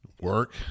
work